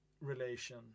relation